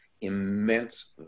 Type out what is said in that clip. immense